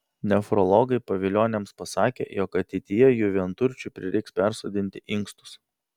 nefrologai pavilioniams pasakė jog ateityje jų vienturčiui prireiks persodinti inkstus